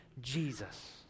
Jesus